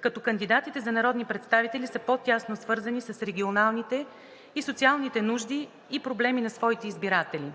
като кандидатите за народни представители са по-тясно свързани с регионалните и социалните нужди и проблеми на своите избиратели.